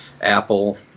Apple